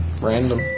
random